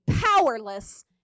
powerless